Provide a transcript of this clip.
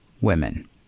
women